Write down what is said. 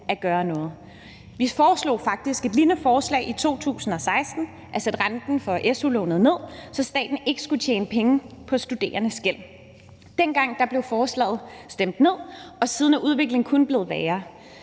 at gøre noget. Vi foreslog faktisk et lignende forslag i 2016, nemlig at sætte renten for su-lån ned, så staten ikke skulle tjene penge på studerendes gæld. Dengang blev forslaget stemt ned, og siden er udviklingen kun blevet værre.